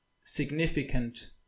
significant